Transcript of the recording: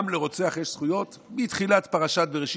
גם לרוצח יש זכויות מתחילת פרשת בראשית,